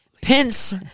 Pence